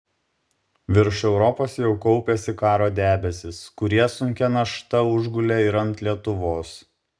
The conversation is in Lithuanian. virš europos jau kaupėsi karo debesys kurie sunkia našta užgulė ir ant lietuvos